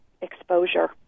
exposure